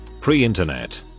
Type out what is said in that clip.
pre-internet